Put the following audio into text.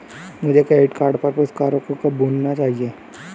मुझे credit card पर पुरस्कारों को कब भुनाना चाहिए?